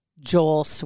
Joel